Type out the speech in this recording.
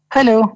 Hello